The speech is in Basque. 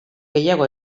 gehiago